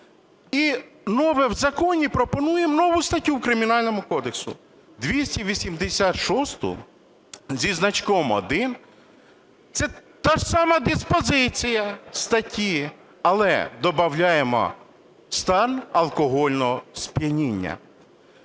в законі, пропонуємо нову статтю в Кримінальному кодексі, 286-у зі значком 1. Це та ж сама диспозиція статті, але добавляємо "стан алкогольного сп'яніння".